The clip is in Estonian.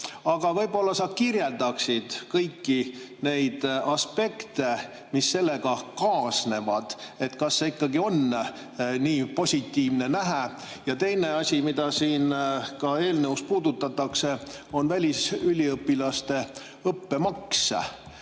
Aga võib-olla sa kirjeldaksid kõiki neid aspekte, mis sellega kaasnevad. Kas see ikka on nii positiivne nähtus? Ja teine asi, mida siin ka eelnõus puudutatakse, on välisüliõpilaste õppemaks.